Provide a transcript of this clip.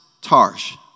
Tarsh